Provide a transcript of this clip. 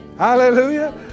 Hallelujah